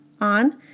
on